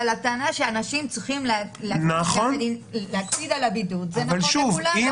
אבל הטענה שאנשים צריכים להקפיד על הבידוד זה נכון לכולם,